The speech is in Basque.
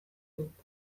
dut